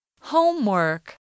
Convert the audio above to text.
Homework